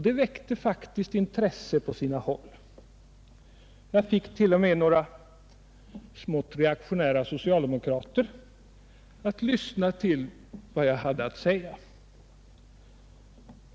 Det väckte faktiskt intresse på sina håll — jag fick t.o.m. några smått reaktionära socialdemokrater att lyssna till vad jag hade att säga.